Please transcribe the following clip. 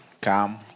come